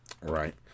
Right